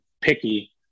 picky